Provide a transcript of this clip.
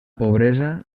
pobresa